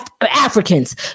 africans